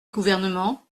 gouvernement